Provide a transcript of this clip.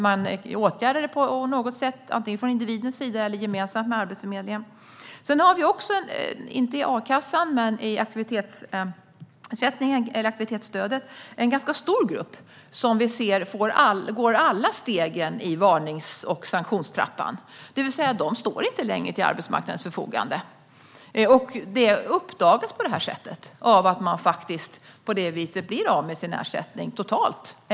Man åtgärdar det hela på något sätt, antingen från individens sida eller gemensamt med Arbetsförmedlingen. Inom aktivitetsstödet - dock inte inom a-kassan - har vi en ganska stor grupp som går alla steg i varnings och sanktionstrappan. De står alltså inte längre till arbetsmarknadens förfogande. Det uppdagas på detta sätt, och man blir av med sin ersättning helt.